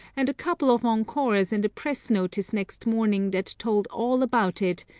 and a couple of encores and a press notice next morning that told all about it,